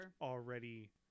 already